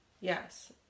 Yes